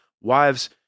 Wives